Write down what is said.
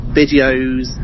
videos